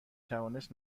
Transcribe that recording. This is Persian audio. توانست